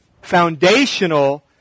foundational